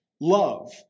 love